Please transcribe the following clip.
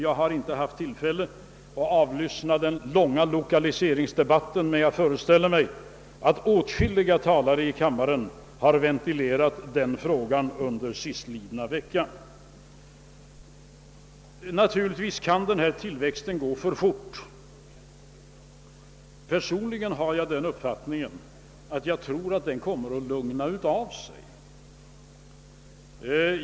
Jag har inte haft tillfälle att avlyssna den långa lokaliseringsdebatten, men jag föreställer mig att åtskilliga talare har ventilerat den frågan under sistlidna vecka. Naturligtvis kan storstädernas tillväxt gå för fort. Personligen har jag den uppfattningen att den kommer att lugna ner sig.